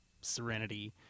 Serenity